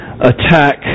attack